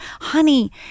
Honey